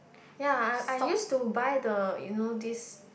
ya I I used to buy the you know this